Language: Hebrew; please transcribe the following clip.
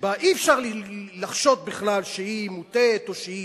שבה אי-אפשר לחשוד בכלל שהיא מוטית או שהיא